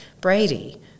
Brady